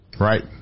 Right